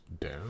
down